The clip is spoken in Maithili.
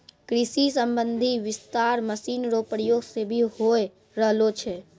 कृषि संबंधी विस्तार मशीन रो प्रयोग से भी होय रहलो छै